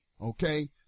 okay